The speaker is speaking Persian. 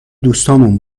دوستامون